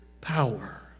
power